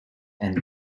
and